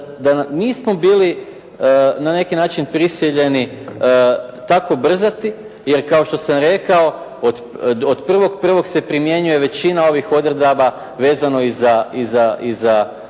nismo bili na neki način prisiljeni tako brzati, jer kao što sam rekao od 1. prvog se primjenjuje većina ovih odredaba vezano i za rad